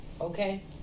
okay